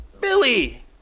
Billy